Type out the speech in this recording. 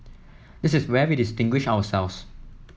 this is where we distinguish ourselves